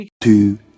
two